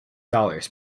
dollars